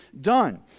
done